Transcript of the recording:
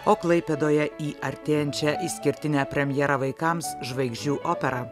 o klaipėdoje į artėjančią išskirtinę premjerą vaikams žvaigždžių opera